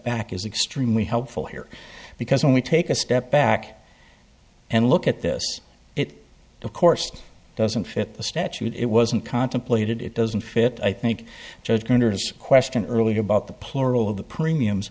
back is extremely helpful here because when we take a step back and look at this it of course doesn't fit the statute it wasn't contemplated it doesn't fit i think judge counters question earlier about the plural of the premiums